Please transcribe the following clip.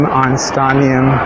Einsteinium